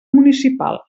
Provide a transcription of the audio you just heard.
municipal